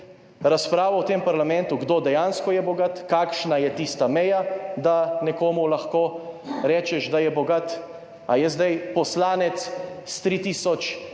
razpravo v tem parlamentu, kdo dejansko je bogat, kakšna je tista meja, da nekomu lahko rečeš, da je bogat, ali je zdaj poslanec s 3 tisoč